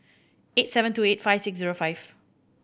eight seven two eight five six zero five